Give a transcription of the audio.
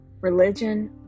religion